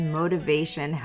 motivation